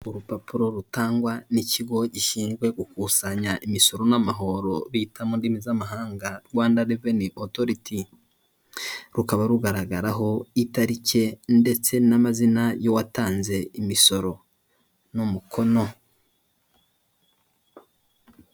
Urupapuro rutangwa n'ikigo gishinzwe gukusanya imisoro n'amahoro bita mu ndimi z'amahanga Rwanda reveni otoriti. Rukaba rugaragaraho itariki ndetse n'amazina y'uwatanze imisoro, n'umukono.